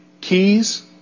keys